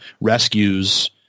rescues